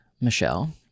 Michelle